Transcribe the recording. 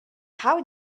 how